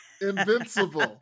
invincible